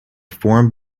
formed